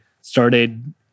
started